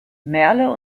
merle